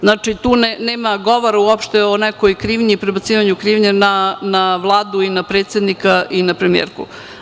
Dakle, tu nema govora o nekoj krivici i prebacivanju krivice na Vladu i na predsednika i na premijerku.